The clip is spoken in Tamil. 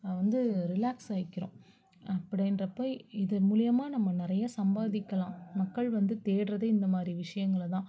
வந்து ரிலாக்ஸ் ஆயிக்கிறோம் அப்படின்றப்ப இது மூலயமா நம்ம நிறைய சம்பாதிக்கலாம் மக்கள் வந்து தேடுவதே இந்தமாதிரி விஷயங்கள தான்